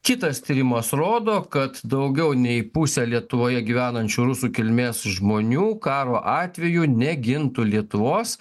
kitas tyrimas rodo kad daugiau nei pusė lietuvoje gyvenančių rusų kilmės žmonių karo atveju negintų lietuvos